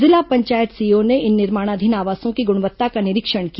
जिला पंचायत सीईओ ने इन निर्माणाधीन आवासों की गुणवत्ता का निरीक्षण किया